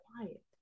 quiet